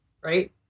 right